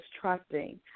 trusting